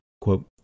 quote